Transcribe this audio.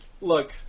Look